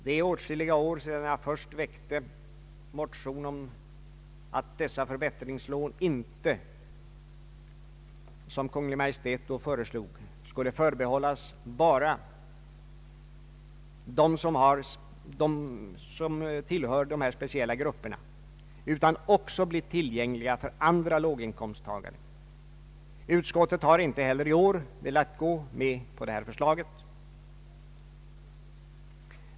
Det är åtskilliga år sedan jag först väckte motion om att dessa förbättringslån inte skulle förbehållas bara dessa speciella grupper, som Kungl. Maj:t då föreslog, utan också fortsätta att vara tillgängliga för andra låginkomsttagare. Utskottet har inte heller i år velat gå med på det här förslaget.